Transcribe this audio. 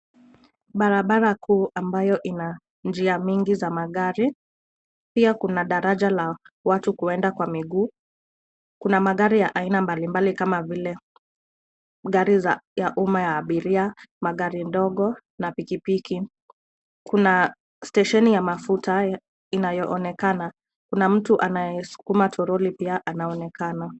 Barabara kuu ambayo ina njia mingi za magari ,pia kuna daraja la watu kuenda kwa miguu. Kuna magari ya aina mbalimbali kama vile gari ya umma ya abiria, magari dogo na pikipiki. Kuna stesheni ya mafuta inayoonekana. Kuna mtu anayesukuma toroli pia anaonekana.